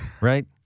right